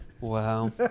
Wow